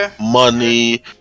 money